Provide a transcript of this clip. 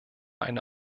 eine